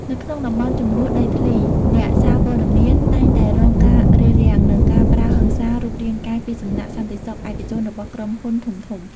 នៅក្នុងតំបន់ជម្លោះដីធ្លី អ្នកសារព័ត៌មានតែងតែរងការរារាំង និងការប្រើហិង្សារូបរាងកាយពីសំណាក់សន្តិសុខឯកជនរបស់ក្រុមហ៊ុនធំៗ។